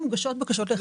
מוגשות בקשות להחזרי מס.